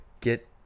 get